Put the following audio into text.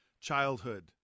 childhood